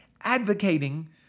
advocating